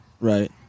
Right